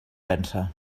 vèncer